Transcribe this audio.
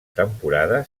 temporada